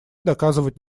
доказывать